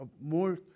More